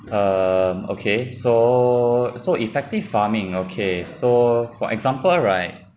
um okay so so effective farming okay so for example right